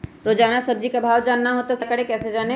रोजाना सब्जी का भाव जानना हो तो क्या करें कैसे जाने?